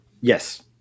Yes